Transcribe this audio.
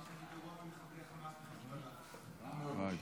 יש פה ח"כ שאומר שאני יותר גרוע מחמאס --- אני לא תמכתי